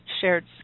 shared